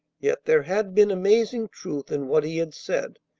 yet there had been amazing truth in what he had said,